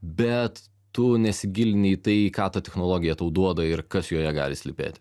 bet tu nesigilini į tai ką ta technologija tau duoda ir kas joje gali slypėti